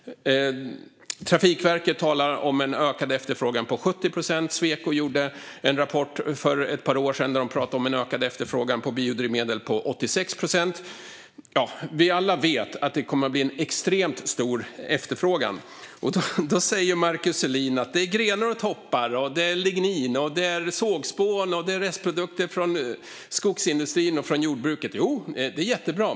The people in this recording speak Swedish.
Trafikverket talar om en ökad efterfrågan på 70 procent. Sweco kom för ett par år sedan med en rapport där de talade om en ökad efterfrågan på biodrivmedel på 86 procent. Vi vet alla att det kommer att bli extremt stor efterfrågan. Markus Selin säger att det är grenar och toppar, att det är lignin och att det är sågspån och restprodukter från skogsindustrin och jordbruket. Det är jättebra.